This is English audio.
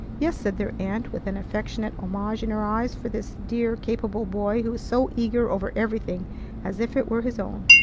yes, said their aunt with an affectionate homage in her eyes for this dear, capable boy who was so eager over everything as if it were his own.